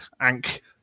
Ank